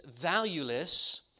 valueless